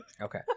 Okay